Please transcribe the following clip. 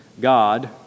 God